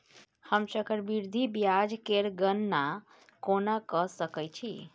हम चक्रबृद्धि ब्याज केर गणना कोना क सकै छी